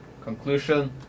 conclusion